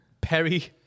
Perry